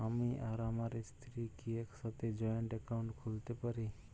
আমি আর আমার স্ত্রী কি একসাথে জয়েন্ট অ্যাকাউন্ট খুলতে পারি?